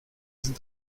sind